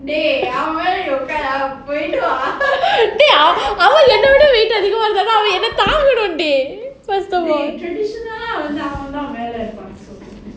dey அவன் என்ன விட:avan enna vida weight அதிகமா இருந்தானா அவன் என்ன தாங்கனும்டி:adhigama irunthaana avan enna thanganumdi dey first of all